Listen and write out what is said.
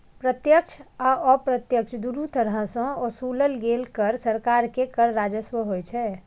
प्रत्यक्ष आ अप्रत्यक्ष, दुनू तरह सं ओसूलल गेल कर सरकार के कर राजस्व होइ छै